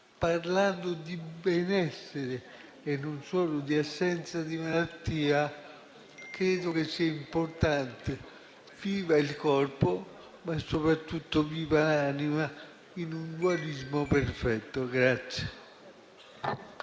parlare di benessere e non solo di assenza di malattia, che credo sia importante. Viva il corpo, ma soprattutto viva l'anima, in un dualismo perfetto.